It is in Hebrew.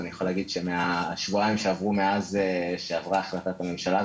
אני יכול להגיד שמהשבועיים שעברו מאז שעברה החלטת הממשלה,